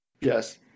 Yes